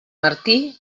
martí